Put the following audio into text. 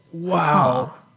wow!